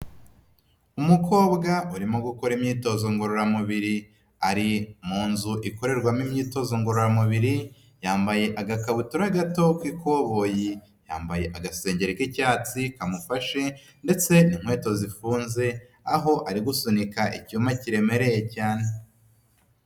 Umukobwa urimo gukora imyitozo ngororamubiri ari mu nzu ikorerwamo imyitozo ngororamubiri, yambaye agakabutura gato k'ikoboyi yambaye agasenge k'icyatsi kamufashe ndetse n'inkweto zifunze, aho ari gusunika icyuma kiremereye cyane.